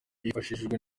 hifashishijwe